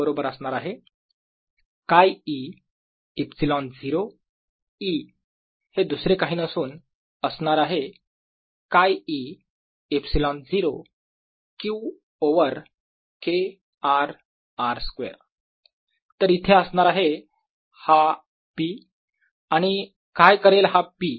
p बरोबर असणार आहे χe ε0 E दुसरे काही नसून असणार आहे χe ε0 Q over K r r square Qb K 1KQ Pe0Ee04π0QKr2r तर इथे असणार आहे हा p आणि काय करेल हा p